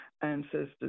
ancestors